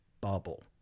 bubble